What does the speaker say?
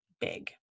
big